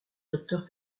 docteur